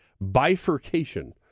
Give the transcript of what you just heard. bifurcation